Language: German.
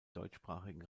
deutschsprachigen